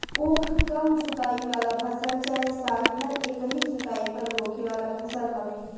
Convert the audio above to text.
उख कम जुताई वाला फसल चाहे साल भर एकही जुताई पर होखे वाला फसल हवे